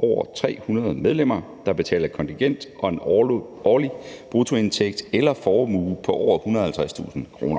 over 300 medlemmer, der betaler kontingent, og en årlig bruttoindtægt eller formue på over 150.000 kr.